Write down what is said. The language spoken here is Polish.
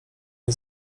nie